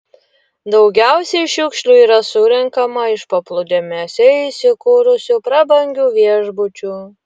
daugiausiai šiukšlių yra surenkama iš paplūdimiuose įsikūrusių prabangių viešbučių